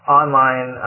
online